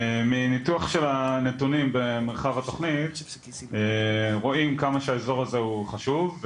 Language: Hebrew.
מניתוח של הנתונים במרחב התכנית רואים כמה שהאזור הזה הוא חשוב.